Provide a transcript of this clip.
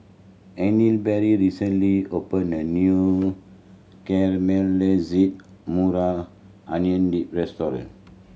recently opened a new Caramelized Onion Dip restaurant